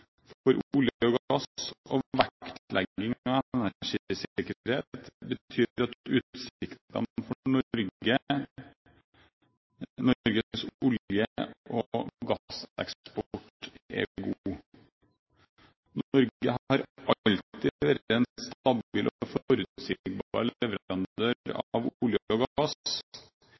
og gass og vektlegging av energisikkerhet betyr at utsiktene for Norges olje- og gasseksport er gode. Norge har alltid vært en stabil og forutsigbar leverandør av olje og